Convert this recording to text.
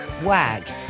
WAG